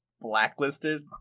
Blacklisted